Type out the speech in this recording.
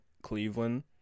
Cleveland